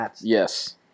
Yes